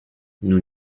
nous